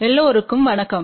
எல்லோருக்கும் வணக்கம்